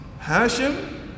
Hashim